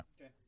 Okay